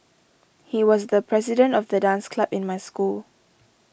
he was the president of the dance club in my school